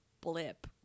blip